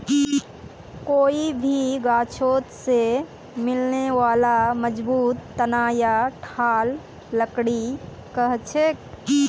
कोई भी गाछोत से मिलने बाला मजबूत तना या ठालक लकड़ी कहछेक